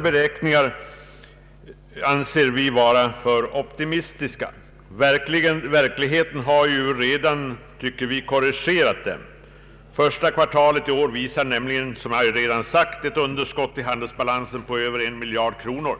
beräkning också varit för optimistisk. Verkligheten har redan, anser vi, korrigerat den. Första kvartalet i år visar nämligen, som jag redan sagt, ett underskott i handelsbalansen på över en miljard kronor.